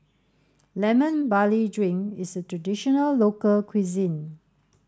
lemon barley drink is traditional local cuisine